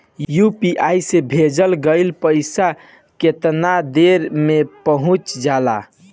UPI से भेजल गईल पईसा कितना देर में पहुंच जाला?